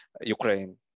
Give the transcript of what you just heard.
Ukraine